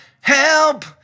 help